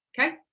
Okay